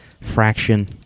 Fraction